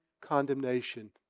condemnation